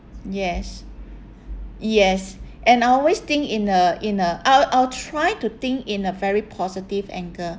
yes yes and I always think in uh in uh I'll I'll try to think in a very positive angle